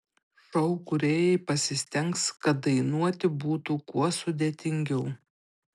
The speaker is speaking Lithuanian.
šou kūrėjai pasistengs kad dainuoti būtų kuo sudėtingiau